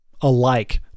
alike